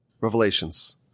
revelations